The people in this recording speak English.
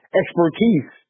expertise